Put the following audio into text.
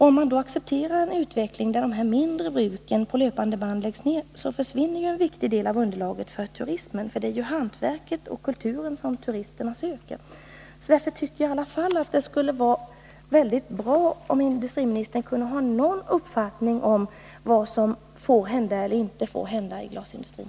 Om man accepterar en utveckling där de mindre bruken på löpande band läggs ned försvinner en viktig del av underlaget för turismen. Det är kulturen och hantverket som turisterna söker. Därför tycker jag i alla fall att det skulle vara väldigt bra om industriministern kunde ha någon uppfattning om vad som får hända och inte får hända i glasindustrin.